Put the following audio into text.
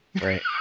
Right